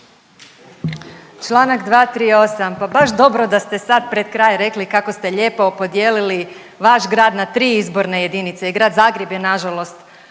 Članak 238. Pa baš dobro da ste sad pred kraj rekli kako ste lijepo podijelili vaš grad na tri izborne jedinice. I grad Zagreb je na žalost